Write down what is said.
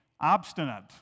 obstinate